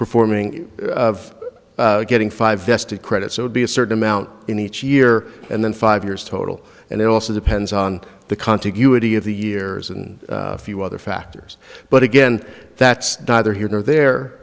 performing of getting five vested credits so be a certain amount in each year and then five years total and it also depends on the continuity of the years and a few other factors but again that's neither here nor there